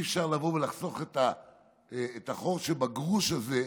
אי-אפשר לבוא ולחסוך את החור שבגרוש הזה,